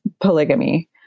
polygamy